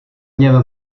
něm